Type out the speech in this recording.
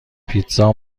پیتزا